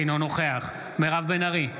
אינו נוכח מירב בן ארי,